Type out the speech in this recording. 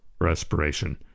respiration